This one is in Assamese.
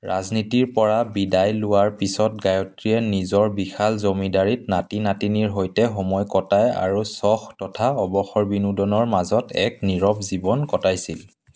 ৰাজনীতিৰ পৰা বিদায় লোৱাৰ পিছত গায়ত্ৰীয়ে নিজৰ বিশাল জমিদাৰিত নাতি নাতিনীৰ সৈতে সময় কটাই আৰু চখ তথা অৱসৰ বিনোদনৰ মাজত এক নীৰৱ জীৱন কটাইছিল